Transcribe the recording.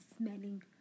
smelling